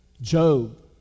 Job